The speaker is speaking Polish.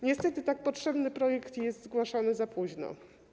Niestety tak potrzebny projekt jest zgłaszany za późno.